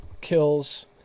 kills